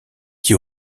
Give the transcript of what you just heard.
qui